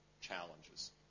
challenges